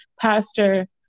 pastor